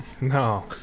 No